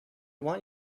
want